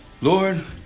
Lord